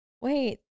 Wait